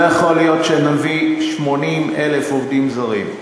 לא יכול להיות שנביא 80,000 עובדים זרים.